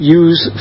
use